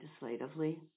legislatively